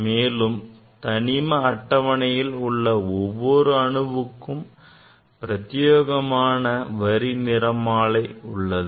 மேலும் தனிம அட்டவணையில் உள்ள ஒவ்வொரு அணுவுக்கும் பிரத்தியோகமான வரி நிறமாலை உள்ளது